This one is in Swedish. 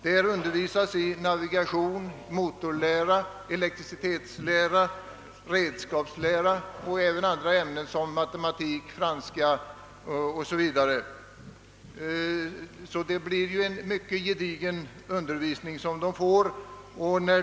Där undervisas i navigation, motorlära, elektricitetslära, redskapslära och även andra ämnen såsom matematik, franska o. s. v. Det blir en mycket gedigen undervisning som eleverna får.